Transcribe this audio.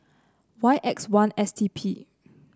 Y X one S T P